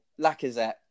Lacazette